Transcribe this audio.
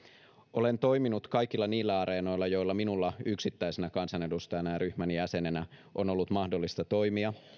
olen toiminut kaikilla niillä areenoilla joilla minulla yksittäisenä kansanedustajana ja ryhmäni jäsenenä on ollut mahdollista toimia